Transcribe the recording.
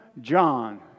John